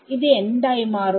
ഇത് എന്തായി മാറും